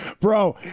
Bro